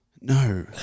No